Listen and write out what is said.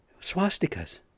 Swastikas